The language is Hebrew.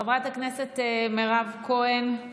חברת הכנסת מירב כהן,